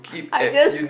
I just